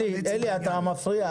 אלי, אתה מפריע.